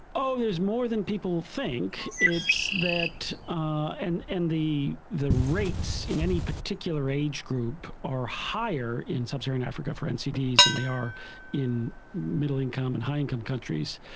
oh there is more than people think, it's that, and and the the rates in any particular age group are higher in sub-saharan africa for ncds than and they are in middle income and higher income countries.